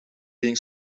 being